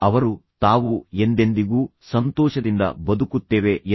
ಈಗ ತಂದೆ ಎಂದಿಗೂ ಮಗುವನ್ನು ಇನ್ನೊಬ್ಬನೊಂದಿಗೆ ಹೋಲಿಸಬಾರದು ಇದು ಅವನು ಮಾಡಿದ ಹಾನಿ